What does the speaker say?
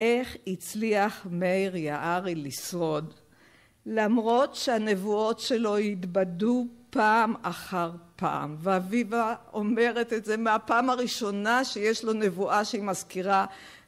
איך הצליח מאיר יערי לשרוד, למרות שהנבואות שלו התבדו פעם אחר פעם, ואביבה אומרת את זה מהפעם הראשונה שיש לו נבואה שהיא מזכירה